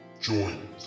Join